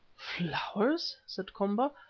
flowers! said komba.